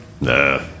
Nah